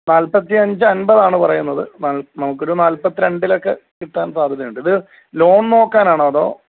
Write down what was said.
നാല്പത്തിയഞ്ചന്പതാണ് പറയുന്നത് നാ നമുക്കൊരു നാല്പത്തിരണ്ടിലൊക്കെ കിട്ടാന് സാധ്യതയുണ്ട് ഇത് ലോണ് നോക്കാനാണോ അതോ